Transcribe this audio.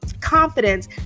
confidence